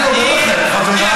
אני מסיים.